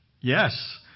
yes